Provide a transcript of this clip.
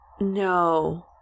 No